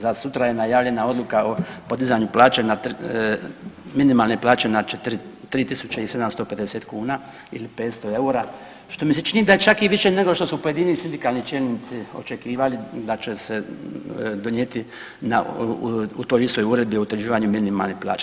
Za sutra je najavljena odluka o podizanju plaće na, minimalne plaće na 3 tisuće 750 kuna ili 500 eura što mi se čini da je čak i više nego što su pojedini sindikalni čelnici očekivali da će se donijeti u toj istoj Uredbi o utvrđivanju minimalne plaće.